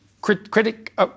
critic